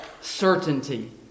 certainty